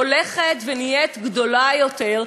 הולכת ונהיית גדולה יותר.